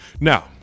Now